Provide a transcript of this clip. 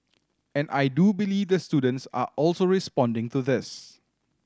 and I do believe the students are also responding to this